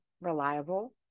reliable